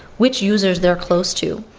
which users they're close to,